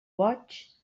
boig